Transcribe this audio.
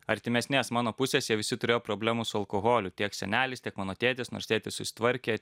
artimesnės mano pusės jie visi turėjo problemų su alkoholiu tiek senelis tiek mano tėtis nors tėtis susitvarkė